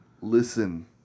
Listen